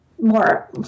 more